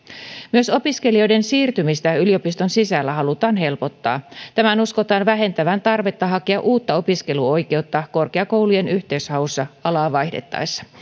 myös opiskelijoiden siirtymistä yliopiston sisällä halutaan helpottaa tämän uskotaan vähentävän tarvetta hakea uutta opiskeluoikeutta korkeakoulujen yhteishaussa alaa vaihdettaessa